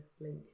link